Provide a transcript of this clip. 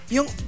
Yung